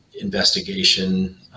investigation